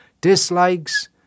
dislikes